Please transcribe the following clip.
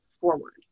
forward